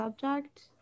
subject